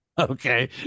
Okay